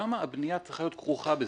למה הבניה צריכה להיות כרוכה בזה?